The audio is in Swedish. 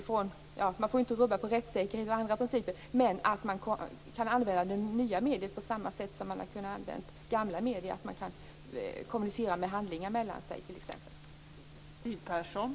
Man får ju inte rubba på rättssäkerheten och andra principer, men man borde kunna använda det nya mediet på samma sätt som man har använt gamla medier. Man har t.ex. kunnat kommunicera med handlingar mellan sig.